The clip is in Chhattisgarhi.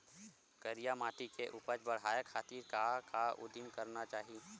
करिया माटी के उपज बढ़ाये खातिर का उदिम करना चाही?